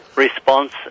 Response